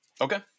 Okay